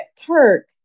Turk